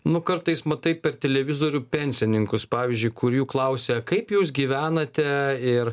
nu kartais matai per televizorių pensininkus pavyzdžiui kur jų klausia kaip jūs gyvenate ir